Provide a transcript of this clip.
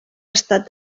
estat